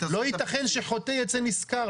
לא ייתכן שחוטא יצא נשכר.